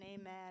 amen